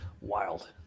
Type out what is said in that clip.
Wild